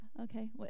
okay